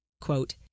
quote